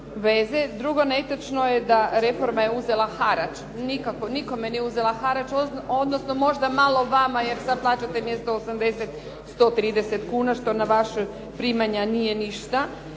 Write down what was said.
veze. Drugo, netočno je da je reforma uzela harač. Nikako, nikome nije uzela harač, odnosno možda malo vama jer sada plaćate mjesto 80 130 kuna što na vaša primanja ništa.